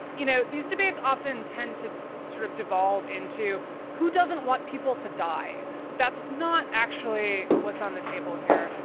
you know, these debates often tend to sort of devolve into who doesn't want people to die? so that's not actually what's on the table here.